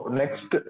next